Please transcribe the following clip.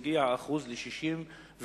והגיע האחוז ל-65%.